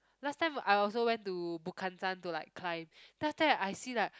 last time I also went to Bukhansan to like climb then after that I see like